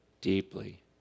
deeply